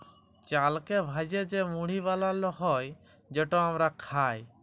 চালকে ভ্যাইজে যে মুড়ি বালাল হ্যয় যেট আমরা খাই